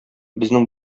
безнең